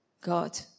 God